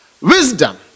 wisdom